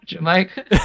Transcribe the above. Mike